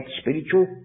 spiritual